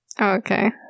Okay